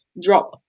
drop